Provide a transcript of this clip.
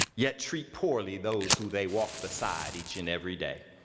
yet treat poorly those who they walk beside each and every day.